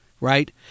right